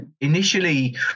initially